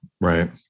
right